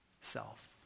self